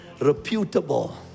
reputable